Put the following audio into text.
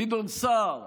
גדעון סער,